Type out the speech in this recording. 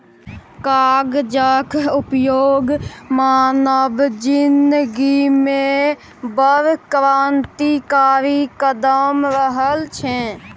कागजक उपयोग मानव जिनगीमे बड़ क्रान्तिकारी कदम रहल छै